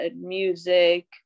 music